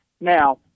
Now